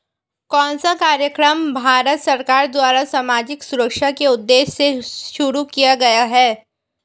कौन सा कार्यक्रम भारत सरकार द्वारा सामाजिक सुरक्षा के उद्देश्य से शुरू किया गया है?